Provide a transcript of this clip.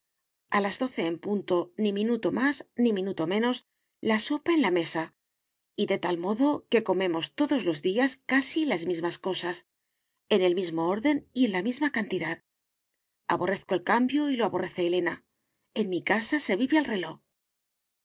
a las doce en punto ni minuto más ni minuto menos la sopa en la mesa y de tal modo que comemos todos los días casi las mismas cosas en el mismo orden y en la misma cantidad aborrezco el cambio y lo aborrece elena en mi casa se vive al reló